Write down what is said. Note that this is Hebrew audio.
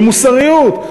במוסריות,